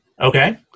Okay